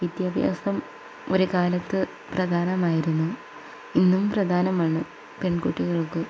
വിദ്യാഭ്യാസം ഒരു കാലത്ത് പ്രധാനമായിരുന്നു ഇന്നും പ്രധാനമാണ് പെൺകുട്ടികൾക്ക്